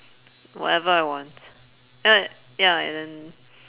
whatever I want uh ya and